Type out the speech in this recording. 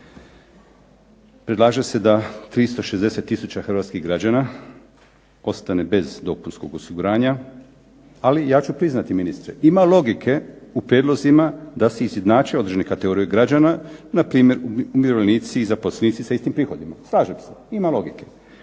Predlaže se da 360 tisuća hrvatskih građana ostane bez dopunskog osiguranja, ali ja ću priznati ministre, ima logike u prijedlozima da se izjednače određene kategorije građana, npr. umirovljenici i zaposlenici sa istim prihodima. Slažem se. Ima logike.